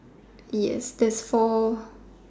yes there's four